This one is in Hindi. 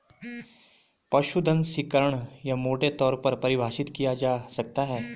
पशुधन संकीर्ण या मोटे तौर पर परिभाषित किया जा सकता है